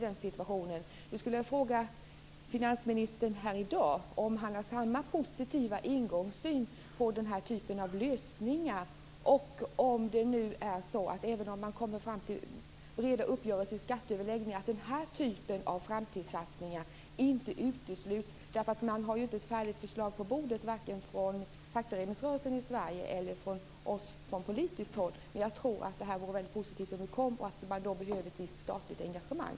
Jag vill fråga finansministern här i dag om han har samma positiva ingångssyn på den här typen av lösningar. Och även om man kommer fram till breda uppgörelser i skatteöverläggningarna bör den här typen av framtidssatsningar inte uteslutas. Man har ju inte ett färdigt förslag på bordet vare sig från fackföreningsrörelsen i Sverige eller från politiskt håll. Men jag tror att det är positivt om detta införs, och då behövs ett visst statligt engagemang.